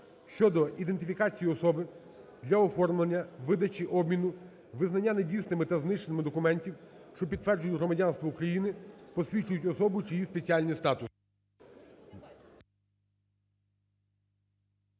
щодо ідентифікації особи для оформлення, видачі, обміну, визнання недійсними та знищення документів, що підтверджують громадянство України, посвідчують особу чи її спеціальний статус.